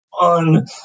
on